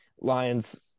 Lions